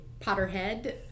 Potterhead